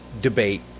debate